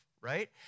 right